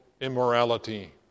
immorality